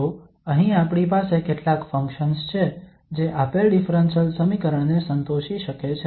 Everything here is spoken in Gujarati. તો અહીં આપણી પાસે કેટલાક ફંક્શન્સ છે જે આપેલ ડિફરન્સલ સમીકરણ ને સંતોષી શકે છે